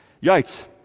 Yikes